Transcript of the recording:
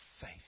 faith